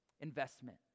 investment